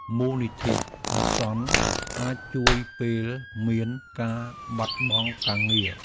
មូលនិធិអាសន្នអាចជួយពេលមានការបាត់បង់ការងារ។